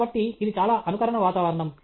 కాబట్టి ఇది చాలా అనుకరణ వాతావరణం